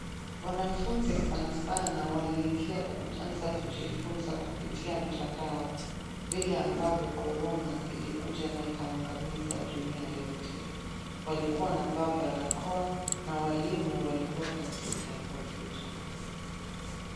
Wanafunzi sana sana waliingia kuanza kujifunza kupitia mtandao vile ambavyo korona ilikuja na ikangamiza dunia yote. Walikuwa wanavaa barakoa na walimu walikuwa katika kompyuta.